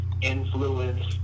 influence